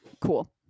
Cool